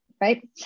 right